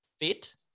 fit